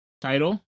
title